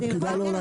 פקידה לא עולה כסף?